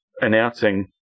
announcing